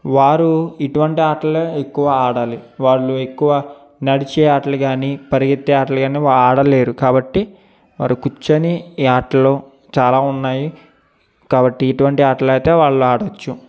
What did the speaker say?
వారు ఇటువంటి ఆటలు ఎక్కువ ఆడాలి వాళ్ళు ఎక్కువ నడిచే ఆటలు గాని పరిగెత్తే ఆటలు గాని ఆడలేరు కాబట్టి వారు కూర్చొని ఈ ఆటలు చాలా ఉన్నాయి కాబట్టి ఇటువంటి ఆటలు అయితే వాళ్ళు ఆడవచ్చు